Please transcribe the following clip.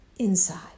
inside